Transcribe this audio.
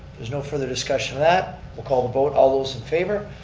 there's no further discussion of that. we'll call the vote. all those in favor?